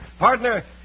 Partner